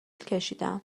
کشیدم